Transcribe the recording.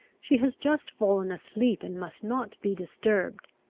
she has just fallen asleep, and must not be disturbed.